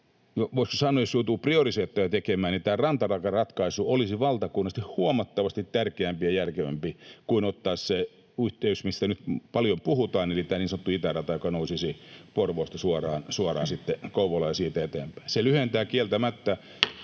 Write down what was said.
voisiko sanoa, jos joutuu priorisointeja tekemään, tämä rantarataratkaisu olisi valtakunnallisesti huomattavasti tärkeämpi ja järkevämpi kuin ottaa se yhteys, mistä nyt paljon puhutaan, eli tämä niin sanottu itärata, joka nousisi Porvoosta suoraan sitten Kouvolaan ja siitä eteenpäin. Se lyhentää kieltämättä